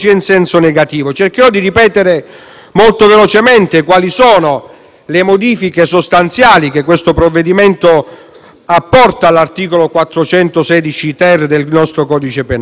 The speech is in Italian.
molto velocemente quali sono le modifiche sostanziali che il provvedimento apporta all'articolo 416-*ter* del nostro codice penale: abbiamo detto che non è più